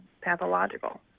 pathological